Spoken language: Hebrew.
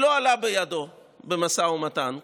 לא עלה בידו במשא ומתן,